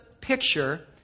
picture